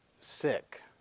sick